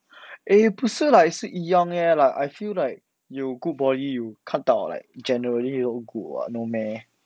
eh 不是 like 是一样 meh like I feel like 有 good body 有看到 like generally 都 good [what] no meh